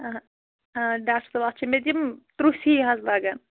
آ آ ڈاکٹر صٲب اَتھ چھِ مےٚ تِم تُرٛوس ہیٛوٗ حظ لگان